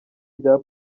rya